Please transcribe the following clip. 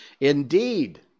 Indeed